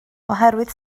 oherwydd